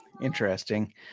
Interesting